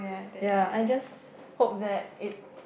ya I just hope that it